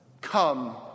come